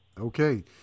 Okay